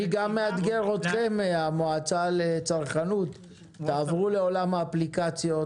אני גם מאתגר אתכם במועצה לצרכנות לעבור לעולם האפליקציות,